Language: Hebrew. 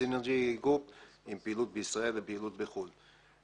סינרג'י גרופ עם פעילות בישראל ופעילות בחוץ לארץ.